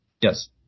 Yes